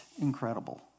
incredible